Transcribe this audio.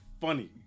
funny